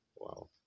wow